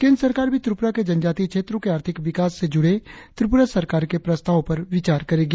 केंद्र सरकार भी त्रिपुरा के जनजातीय क्षेत्रों के आर्थिक विकास से जुड़े त्रिपुरा सरकार के प्रस्तावों पर विचार करेगी